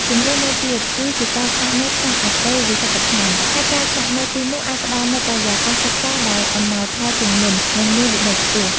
ជម្រើសមួយទៀតគឺជាការស្នាក់នៅក្នុងអន្តេវាសិកដ្ឋាន ហើយការស្នាក់នៅទីនោះអាចផ្តល់នូវបរិយាកាសសិក្សាដែលអំណោយផលជាងមុន និងមានវិន័យខ្ពស់។